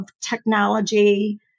technology